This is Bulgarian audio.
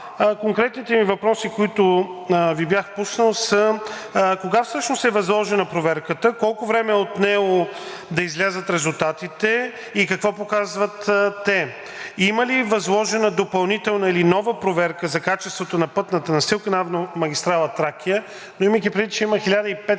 конкретните ми въпроси, които Ви бях пуснал, са: кога всъщност е възложена проверката, колко време е отнело да излязат резултатите и какво показват те? Има ли възложена допълнителна или нова проверка за качеството на пътната настилка на автомагистрала „Тракия“, но имайки предвид че има 1500